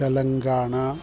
Telangana